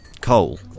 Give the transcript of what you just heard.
Coal